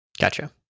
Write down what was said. gotcha